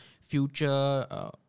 future